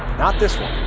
not this one.